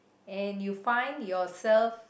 and you find yourself